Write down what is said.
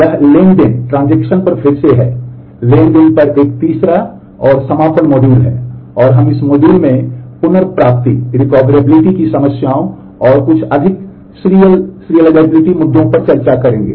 यह ट्रांज़ैक्शन मुद्दों पर चर्चा करेंगे